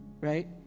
right